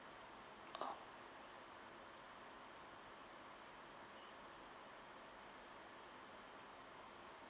oh